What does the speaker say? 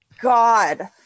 God